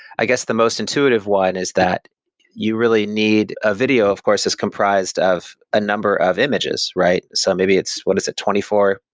i guess the most intuitive one is that you really need a video of course is comprised of a number of images, right? so maybe what is it? twenty four,